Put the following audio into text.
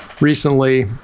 recently